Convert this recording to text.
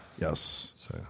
Yes